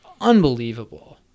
unbelievable